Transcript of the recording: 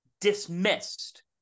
dismissed